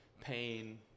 pain